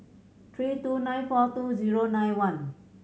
three two nine four two zero nine one